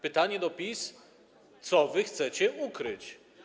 Pytanie do PiS: Co chcecie ukryć?